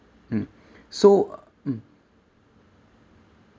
mm so mm